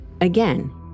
Again